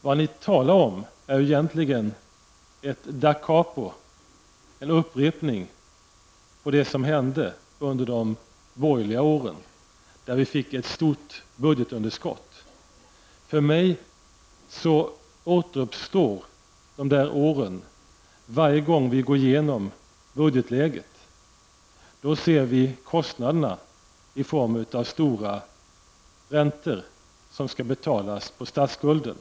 Det ni talar om är egentligen ett da capo, en upprepning, av det som hände under de borgerliga åren, då vi fick ett stort budgetunderskott. För mig återuppstår de där åren varje gång vi går igenom budgetläget. Då ser vi kostnaderna i form av stora räntor som skall betalas på statsskulden.